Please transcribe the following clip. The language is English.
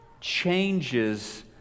changes